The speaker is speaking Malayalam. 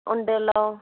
ഉണ്ടല്ലോ